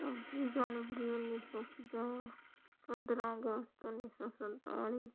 ਛੱਬੀ ਜਨਵਰੀ ਉੱਨੀ ਸੌ ਪੰਜਾਹ ਪੰਦਰ੍ਹਾਂ ਅਗਸਤ ਉੱਨੀ ਸੌ ਸੰਤਾਲੀ